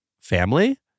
family